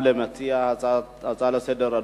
גם למציעת ההצעה לסדר-היום.